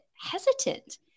hesitant